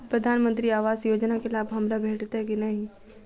प्रधानमंत्री आवास योजना केँ लाभ हमरा भेटतय की नहि?